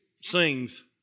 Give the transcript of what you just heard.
sings